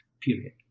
period